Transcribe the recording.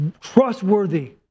trustworthy